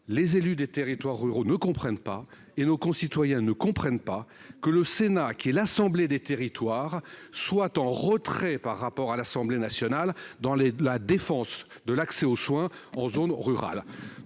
Les élus des territoires ruraux et nos concitoyens ne comprennent pas davantage que moi que le Sénat, qui est l’assemblée des territoires, se tienne en retrait par rapport à l’Assemblée nationale dans la défense de l’accès aux soins en zone rurale.